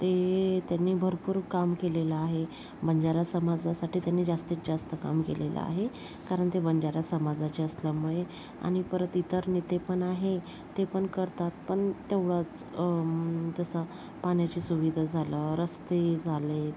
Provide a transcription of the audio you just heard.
ते त्यांनी भरपूर काम केलेलं आहे बंजारा समाजासाठी त्यांनी जास्तीत जास्त काम केलेलं आहे कारण ते बंजारा समाजाचे असल्यामुळे आणि परत इतर नेतेपण आहे तेपण करतात पण तेवढंच तसं पाण्याची सुविधा झालं रस्ते झाले